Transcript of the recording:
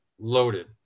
loaded